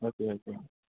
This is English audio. okay okay